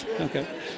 Okay